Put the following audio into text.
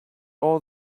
are